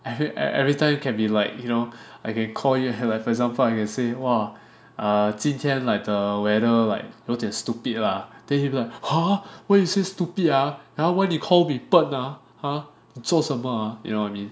and everytime you can be like you know I can call you have I for example I can say !wah! err 今天 like the weather like 有点 stupid lah then he be like !huh! why you say stupid ah why do you call me 笨 ah !huh! 你做什么 ah you know what I mean